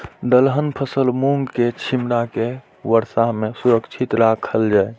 दलहन फसल मूँग के छिमरा के वर्षा में सुरक्षित राखल जाय?